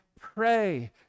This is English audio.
pray